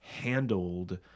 handled